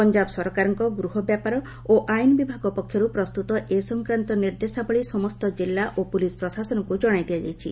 ପଞ୍ଜାବ ସରକାରଙ୍କ ଗୃହ ବ୍ୟାପାର ଓ ଆଇନ ବିଭାଗ ପକ୍ଷରୁ ପ୍ରସ୍ତୁତ ଏ ସଂକ୍ରାନ୍ତ ନିର୍ଦ୍ଦେଶାବଳୀ ସମସ୍ତ ଜିଲ୍ଲା ଓ ପୁଲିସ୍ ପ୍ରଶାସନକୁ ଜଣାଇ ଦିଆଯାଇଛି